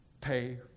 pay